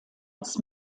als